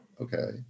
okay